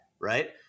right